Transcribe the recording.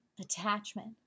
attachment